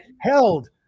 Held